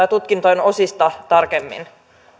tutkintojen osista tarkemmin